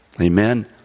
Amen